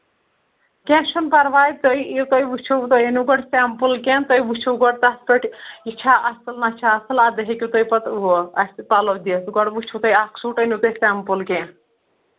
کیٚنٛہہ چھُنہٕ پَرواے تُہۍ یِیِو تُہۍ وٕچھو تُہۍ أنِو گۄڈٕ سیمپٕل کیٚنٛہہ تُہۍ وٕچھو گۄڈٕ تَتھ پٮ۪ٹھ یہِ چھا اَصٕل نہ چھا اَصٕل اَدٕ ہیٚکِو تُہۍ پَتہٕ اَسہِ پَلَو دِتھ گۄڈٕ وٕچھو تۄہہِ اَکھ سوٗٹ أنِو تُہۍ سیٚمپٕل کیٚنٛہہ